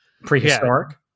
prehistoric